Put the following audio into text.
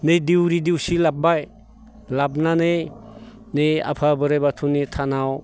नै दिउरि दिउसि लाबबाय लाबनानै बे आफा बोराय बाथौनि थानआव